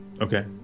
Okay